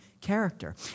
character